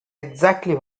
exactly